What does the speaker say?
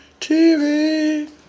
TV